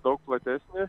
daug platesnį